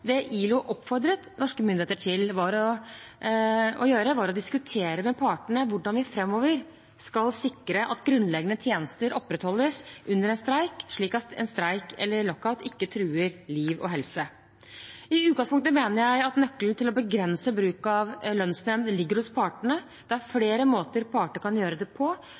Det ILO oppfordret norske myndigheter til å gjøre, var å diskutere med partene hvordan vi framover skal sikre at grunnleggende tjenester opprettholdes under en streik, slik at en streik eller en lockout ikke truer liv og helse. I utgangspunktet mener jeg at nøkkelen til å begrense bruk av lønnsnemnd ligger hos partene. Det er flere måter partene kan gjøre det på,